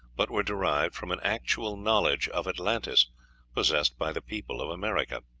but were derived from an actual knowledge of atlantis possessed by the people of america.